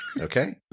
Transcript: Okay